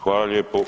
Hvala lijepo.